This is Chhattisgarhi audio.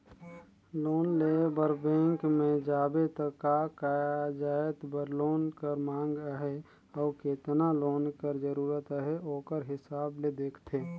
लोन लेय बर बेंक में जाबे त का जाएत बर लोन कर मांग अहे अउ केतना लोन कर जरूरत अहे ओकर हिसाब ले देखथे